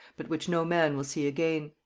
but which no man will see again.